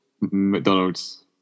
McDonald's